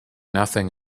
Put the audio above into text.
nothing